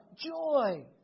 joy